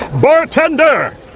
Bartender